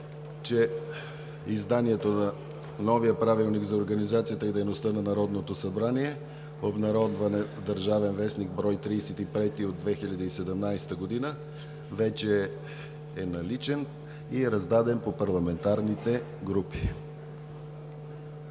че изданието на новия Правилник за организацията и дейността на Народното събрание, обн. в „Държавен вестник“, бр. 35/2017 г., вече е наличен и е раздаден по парламентарните групи.